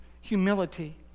humility